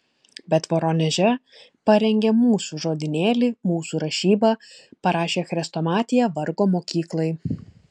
bet voroneže parengė mūsų žodynėlį mūsų rašybą parašė chrestomatiją vargo mokyklai